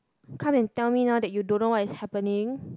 come and tell me now that you don't know what is happening